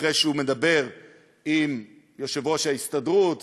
אחרי שהוא מדבר עם יושב-ראש ההסתדרות